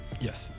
Yes